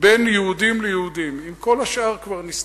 בין יהודים ליהודים, עם כל השאר כבר נסתדר.